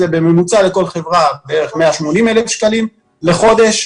בממוצע לכל חברה זה בערך 180,000 שקלים לחודש.